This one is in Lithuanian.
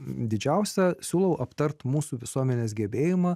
didžiausia siūlau aptarti mūsų visuomenės gebėjimą